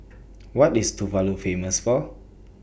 What IS Tuvalu Famous For